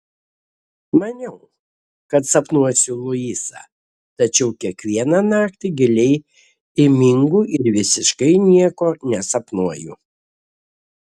maniau kad sapnuosiu luisą tačiau kiekvieną naktį giliai įmingu ir visiškai nieko nesapnuoju